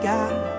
God